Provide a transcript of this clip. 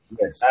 Yes